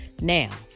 now